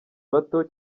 bato